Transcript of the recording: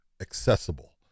accessible